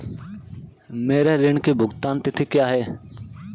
मेरे ऋण की भुगतान तिथि क्या है?